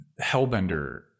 hellbender